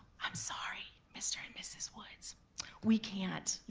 sorry mr. and mrs. woods we can't.